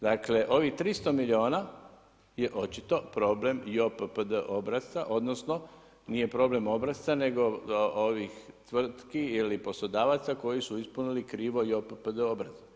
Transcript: Dakle ovih 300 milijuna je očito problem JOPPD obrasca odnosno nije problem obrasca nego ovih tvrtki ili poslodavaca koji su ispunili krivo JOPPD obrazac.